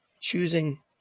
choosing